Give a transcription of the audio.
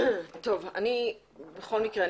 בכל מקרה,